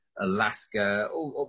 Alaska